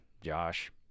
josh